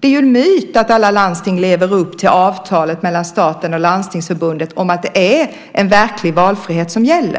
Det är en myt att alla landsting lever upp till avtalet mellan staten och Landstingsförbundet om att det är verklig valfrihet som gäller.